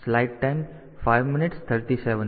તેથી આ બધું કરી શકાય છે